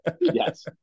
Yes